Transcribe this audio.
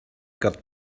got